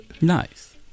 Nice